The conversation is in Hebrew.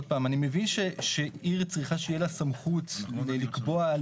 אני מבין שעיר צריכה שיהיה לה סמכות לקבוע.